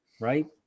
right